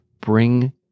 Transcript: bring